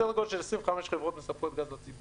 סדר גודל של 25 חברות מספקות גז רציף.